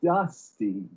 Dusty